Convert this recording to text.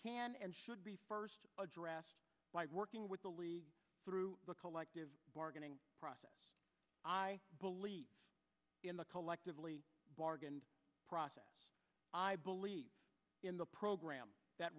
should be first addressed by working with the league through the collective bargaining process i believe in the collectively bargained process i believe in the program that